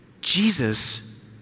Jesus